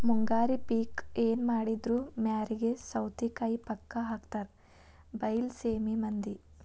ಮುಂಗಾರಿ ಪಿಕ್ ಎನಮಾಡಿದ್ರು ಮ್ಯಾರಿಗೆ ಸೌತಿಕಾಯಿ ಪಕ್ಕಾ ಹಾಕತಾರ ಬೈಲಸೇಮಿ ಮಂದಿ